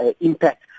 impact